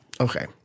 Okay